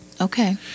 Okay